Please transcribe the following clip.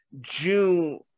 June